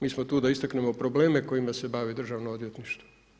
Mi smo tu da istaknemo probleme kojima se bavi državno odvjetništvo.